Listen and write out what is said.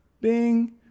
bing